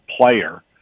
player